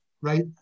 right